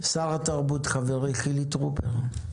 שר התרבות חברי חילי טרופר.